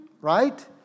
right